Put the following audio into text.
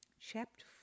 chapter